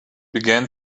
began